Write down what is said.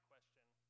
question